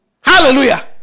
Hallelujah